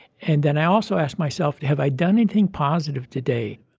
and then i also ask myself, have i done anything positive today?